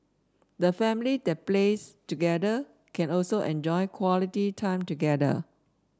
the family that plays together can also enjoy quality time together